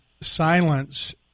silence